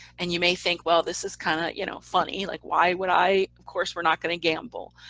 and you may think well this is kind of you know funny, like why would i, of course, we're not going to gamble.